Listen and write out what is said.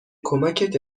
کمکت